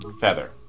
feather